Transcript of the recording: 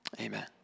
Amen